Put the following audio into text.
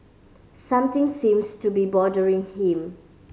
something seems to be bothering him